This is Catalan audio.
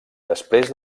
després